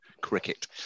cricket